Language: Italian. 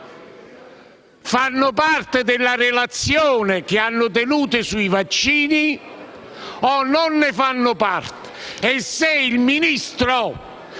fanno parte della relazione che hanno tenuto sui vaccini o non ne fanno parte;